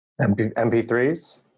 MP3s